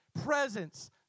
Presence